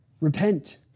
repent